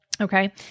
Okay